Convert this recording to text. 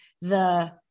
the-